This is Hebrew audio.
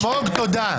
אלמוג, תודה.